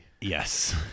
Yes